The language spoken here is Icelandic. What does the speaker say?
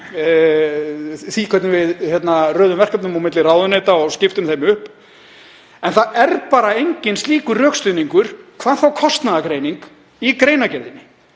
því hvernig við röðum verkefnum á milli ráðuneyta og skiptum þeim upp. En það er bara enginn slíkur rökstuðningur, hvað þá kostnaðargreining, í greinargerðinni.